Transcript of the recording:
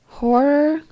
horror